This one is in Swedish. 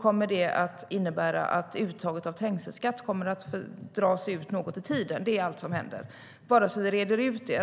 kommer det att innebära att uttaget av trängselskatt dras ut något i tiden. Det är allt som händer, bara så att vi har rett ut det.